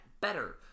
better